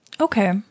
Okay